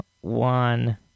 one